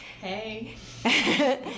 Hey